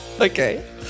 Okay